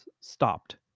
stopped